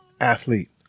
athlete